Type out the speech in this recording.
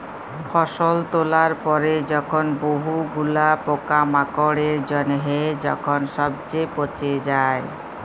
ফসল তোলার পরে যখন বহু গুলা পোকামাকড়ের জনহে যখন সবচে পচে যায়